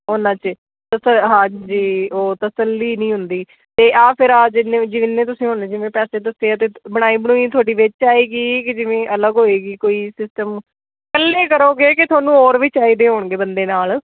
ਉਹਨਾਂ 'ਚ ਅਤੇ ਫਿਰ ਹਾਂਜੀ ਉਹ ਤਸੱਲੀ ਨਹੀਂ ਹੁੰਦੀ ਤੇ ਆਹ ਫਿਰ ਆ ਜਿੰਨੇ ਜਿੰਨੇ ਤੁਸੀਂ ਹੁਣ ਜਿਵੇਂ ਪੈਸੇ ਦੱਸੇ ਹੈ ਅਤੇ ਬਣਵਾਈ ਬਣਵੂਈ ਤੁਹਾਡੀ ਵਿੱਚ ਆਏਗੀ ਕਿ ਜਿਵੇਂ ਅਲੱਗ ਹੋਏਗੀ ਕੋਈ ਸਿਸਟਮ ਇਕੱਲੇ ਕਰੋਗੇ ਕਿ ਤੁਹਾਨੂੰ ਹੋਰ ਵੀ ਚਾਹੀਦੇ ਹੋਣਗੇ ਬੰਦੇ ਨਾਲ